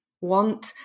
Want